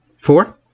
Four